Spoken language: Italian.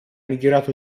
migliorato